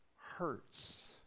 hurts